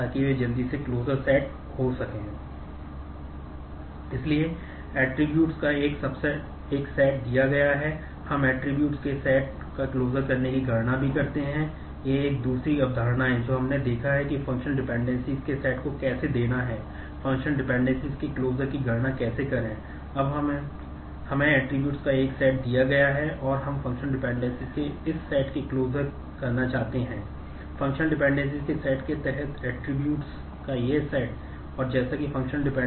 इसलिए इसे pseudo transitivity हो सकें